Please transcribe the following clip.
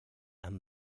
and